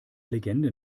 legende